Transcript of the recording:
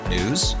News